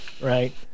Right